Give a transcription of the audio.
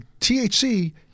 THC